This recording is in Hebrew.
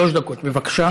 שלוש דקות, בבקשה.